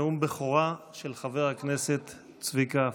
נאום בכורה של חבר הכנסת צביקה פוגל.